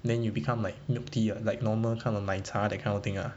then you become like milk tea uh like normal kind of 奶茶 that kind of thing ah